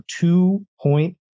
two-point